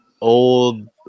old